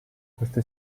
questa